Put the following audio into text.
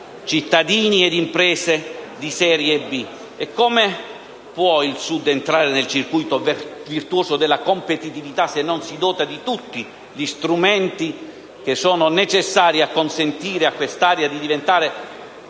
cittadini e imprese di serie B. Come può il Sud entrare nel circuito virtuoso della competitività se non si dota di tutti gli strumenti necessari a consentire a questa area di diventare